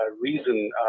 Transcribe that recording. reason